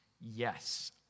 Yes